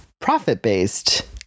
profit-based